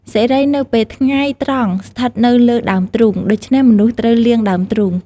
សិរីនៅពេលថ្ងៃត្រង់ស្ថិតនៅលើដើមទ្រូង ដូច្នេះមនុស្សត្រូវលាងដើមទ្រូង។